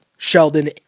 Sheldon